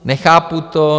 Nechápu to.